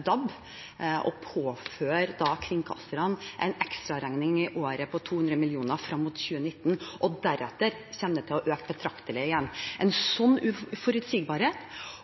DAB, å påføre kringkasterne en ekstraregning i året på 200 mill. kr frem mot 2019, og deretter kommer det til å øke betraktelig igjen. En sånn uforutsigbarhet,